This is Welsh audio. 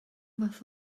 fath